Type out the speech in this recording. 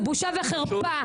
זו בושה וחרפה.